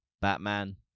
Batman